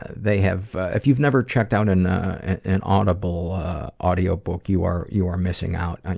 they have ah if you've never checked out and an audible audiobook, you are you are missing out.